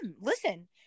listen